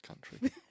country